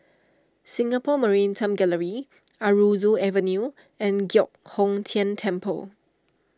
Singapore Maritime Gallery Aroozoo Avenue and Giok Hong Tian Temple